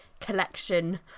collection